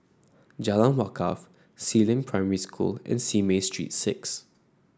Jalan Wakaff Si Ling Primary School and Simei Street Six